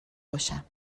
باشم